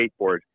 Skateboard